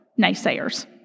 naysayers